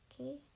Okay